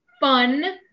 fun